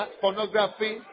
Pornography